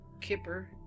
Kipper